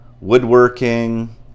woodworking